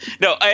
No